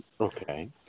Okay